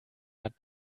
hat